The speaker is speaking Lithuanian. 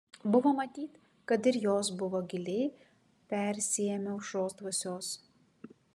buvo matyt kad ir jos buvo giliai persiėmę aušros dvasios